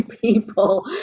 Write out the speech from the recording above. people